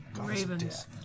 Ravens